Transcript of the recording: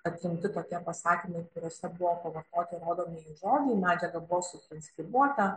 atrinkti tokie pasakymai kuriuose buvo pavartoti rodomieji žodžiai medžiaga buvo sutranskribuota